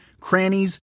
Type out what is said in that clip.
crannies